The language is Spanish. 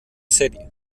serie